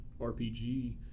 RPG